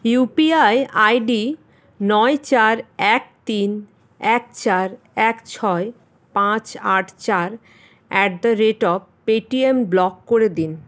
UPI ID নয় চার এক তিন এক চার এক ছয় পাঁচ আট চার at the rate of Paytm block করে দিন